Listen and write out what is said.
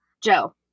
Joe